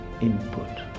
input